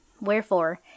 Wherefore